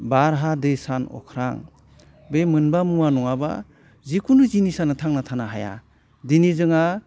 बार हा दै सान अख्रां बे मोनबा मुवा नङाबा जिखुनु जिनिसानो थांना थानो हाया दिनै जोंहा